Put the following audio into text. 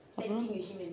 அப்புறம்:appuram